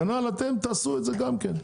כנ"ל אתם תעשו את זה גם כן,